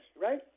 right